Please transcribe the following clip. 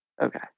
Okay